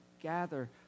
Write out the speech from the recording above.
gather